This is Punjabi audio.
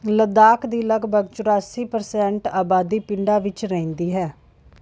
ਲੱਦਾਖ ਦੀ ਲਗਭਗ ਚੁਰਾਸੀ ਪਰਸੈਂਟ ਆਬਾਦੀ ਪਿੰਡਾਂ ਵਿੱਚ ਰਹਿੰਦੀ ਹੈ